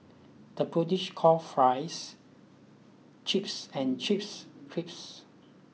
the British call fries chips and chips crips